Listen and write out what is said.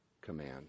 Command